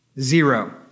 Zero